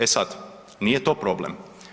E sad, nije to problem.